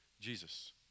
Jesus